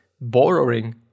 borrowing